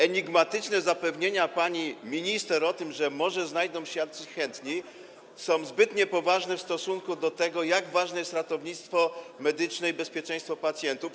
Enigmatyczne zapewnienia pani minister o tym, że może znajdą się jacyś chętni, są zbyt niepoważne w stosunku do tego, jak ważne jest ratownictwo medyczne i bezpieczeństwo pacjentów.